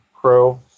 pro